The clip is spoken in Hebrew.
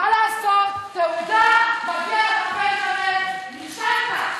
מה לעשות, בתעודה מגיע לך, בנג'מין, נכשלת.